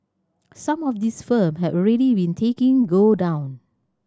some of these firm have already been taking go down